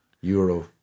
euro